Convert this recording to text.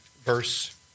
verse